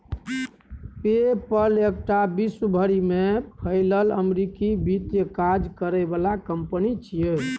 पे पल एकटा विश्व भरि में फैलल अमेरिकी वित्तीय काज करे बला कंपनी छिये